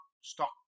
stop